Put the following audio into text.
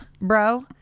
bro